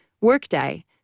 Workday